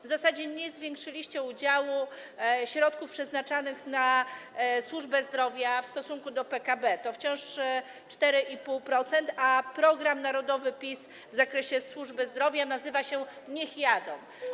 W zasadzie nie zwiększyliście udziału środków przeznaczanych na służbę zdrowia w stosunku do PKB, to wciąż 4,5%, a program narodowy PiS w zakresie służby zdrowia nazywa się: Niech jadą.